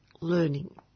learning